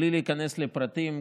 בלי להיכנס לפרטים,